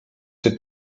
czy